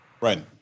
Right